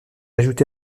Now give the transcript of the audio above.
ajouté